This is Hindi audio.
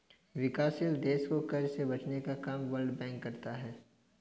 विकासशील देश को कर्ज से बचने का काम वर्ल्ड बैंक करता है